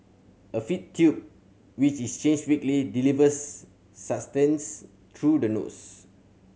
a feed tube which is changed weekly delivers sustenance through the nose